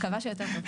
מקווה שיותר טוב.